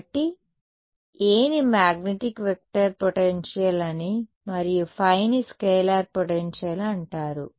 కాబట్టి Aని magnetic vector potential అని మరియు ϕ ని స్కేలార్ పొటెన్షియల్ అంటారు